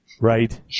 Right